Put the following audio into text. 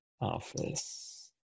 Office